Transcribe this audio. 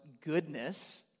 goodness